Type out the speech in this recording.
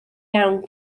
iawn